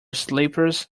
slippers